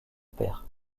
père